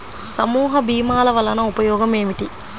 సమూహ భీమాల వలన ఉపయోగం ఏమిటీ?